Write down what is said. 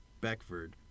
Beckford